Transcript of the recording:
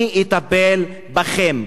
אני אטפל בכם.